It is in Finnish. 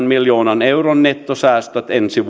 miljoonan euron nettosäästöt ensi